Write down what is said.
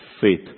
faith